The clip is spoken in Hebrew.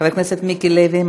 חבר הכנסת מיקי לוי,